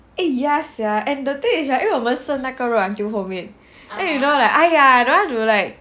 eh ya sia and the thing is right 因为我们剩那个肉 until 后面 then you know right !aiya! don't have to like